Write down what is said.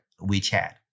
WeChat